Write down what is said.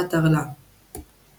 ה'תרל"א